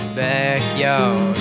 backyard